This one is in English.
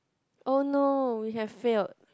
oh no we had failed